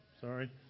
Sorry